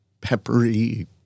peppery